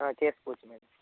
చేసుకోవచ్చు మేడం